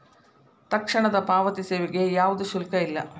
ತಕ್ಷಣದ ಪಾವತಿ ಸೇವೆಗೆ ಯಾವ್ದು ಶುಲ್ಕ ಇಲ್ಲ